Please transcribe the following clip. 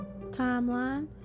timeline